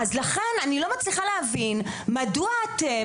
לכן אני לא מצליחה להבין מדוע אתם